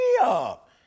up